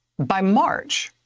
by march,